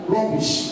Rubbish